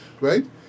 Right